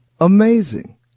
Amazing